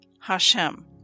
Hashem